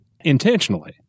intentionally